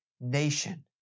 nation